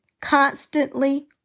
constantly